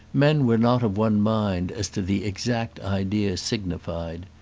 men were not of one mind as to the exact idea signified.